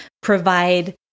provide